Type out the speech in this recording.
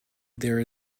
there